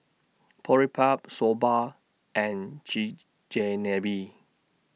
Boribap Soba and Chigenabe